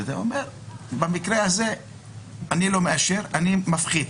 ואומר שבמקרה הזה הוא לא מאשר אלא הוא מפחית.